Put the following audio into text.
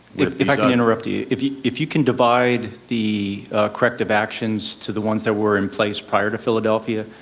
if if i can interrupt you, if you if you can divide the corrective actions to the ones that were in place prior to philadelphia,